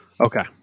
Okay